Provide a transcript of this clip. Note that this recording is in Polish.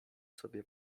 sobie